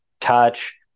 touch